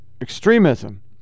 extremism